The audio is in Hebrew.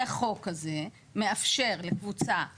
פה מדברים על מערכת ערכית-מהותית.